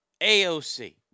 AOC